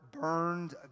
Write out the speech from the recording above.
burned